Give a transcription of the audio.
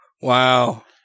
Wow